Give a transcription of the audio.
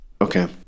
Okay